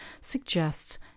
suggests